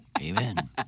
Amen